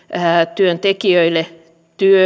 työntekijöille